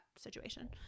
situation